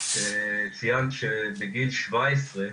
ציינת שבגיל שבע עשרה